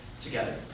together